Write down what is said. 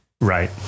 Right